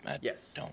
Yes